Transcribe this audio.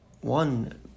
one